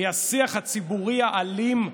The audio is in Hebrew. היא השיח הציבורי האלים.